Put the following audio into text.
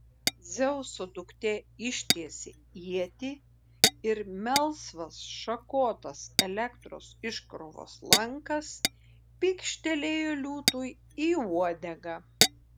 dzeuso duktė ištiesė ietį ir melsvas šakotas elektros iškrovos lankas pykštelėjo liūtui į uodegą